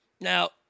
Now